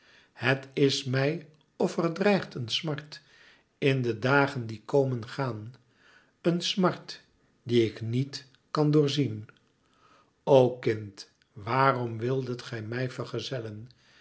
het is mij of er dreigt een smart in de dagen die komen gaan een smart die ik niet kan door zien o kind waarom wildet ge mij vergezellen